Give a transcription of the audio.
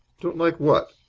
don't like what?